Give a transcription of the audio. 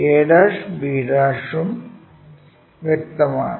ab ഉം വ്യക്തമാണ്